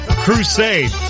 Crusade